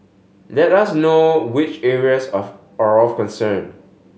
let us know which areas of are of concern